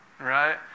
right